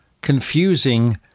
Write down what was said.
confusing